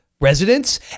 residents